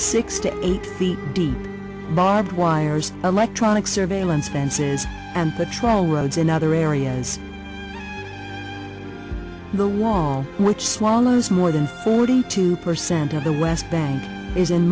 six to eight feet deep barbed wires electronic surveillance fences and the track in other areas the wall which swallows more than forty two percent of the west bank is in